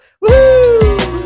woo